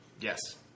Yes